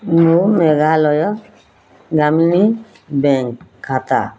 ମୁଁ ମେଘାଲୟ ଗ୍ରାମୀଣ ବ୍ୟାଙ୍କ୍ ଖାତା